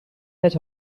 het